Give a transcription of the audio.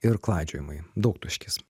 ir klaidžiojimai daugtaškis